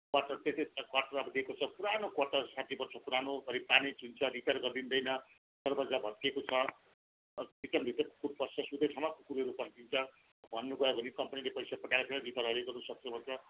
quarter त्यतिकै छ quarter अब दिएको छ पुरानो क्वार्टर साठी वर्ष पुरानो घरी पानी चुहिन्छ रिपेयर गरिदिँदैन दरबाजा भत्केको छ अब किचेनभित्रै कुकुर पस्छ सुतेको ठाउँमा कुकुरहरू पसिदिन्छ भन्नु गयो भने कम्पनीले पैसा पठाएको छैन रिपेयर अहिले गर्नु सक्दिन भन्छ